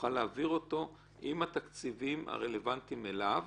נוכל להעביר אותו עם התקציבים הרלוונטיים אליו.